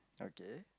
okay